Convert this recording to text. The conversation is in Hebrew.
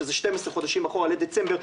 שזה 12 חודשים אחורה לדצמבר,